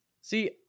See